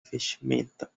vestimenta